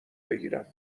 بگیرم